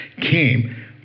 came